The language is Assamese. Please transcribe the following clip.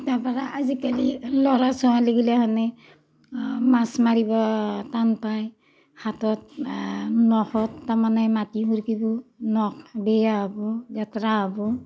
তাৰপৰা আজিকালি ল'ৰা ছোৱালী গিলাখানে মাছ মাৰিব টান পায় হাতত নখত তামানে মাটি ভৰকিব নখ বেয়া হ'ব লেতেৰা হ'ব